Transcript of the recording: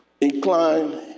Incline